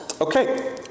Okay